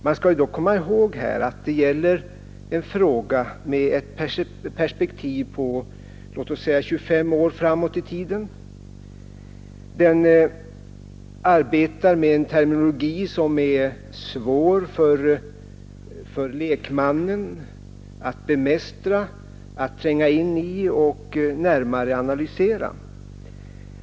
Vi skall komma ihåg att det här gäller en fråga med ett perspektiv på låt oss säga 25 år framåt i tiden. Och vi arbetar här med en terminologi som är svår att bemästra för lekmän och som det krävs tid för att tränga in i och närmare analysera.